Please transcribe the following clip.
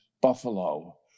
buffalo